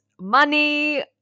money